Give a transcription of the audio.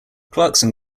clarkson